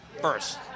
first